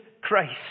Christ